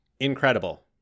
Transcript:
incredible